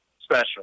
special